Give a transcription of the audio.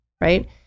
right